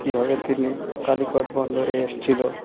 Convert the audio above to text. কীভাবে তিনি কালিকট বন্দরে এসেছিল